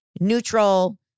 neutral